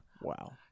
Wow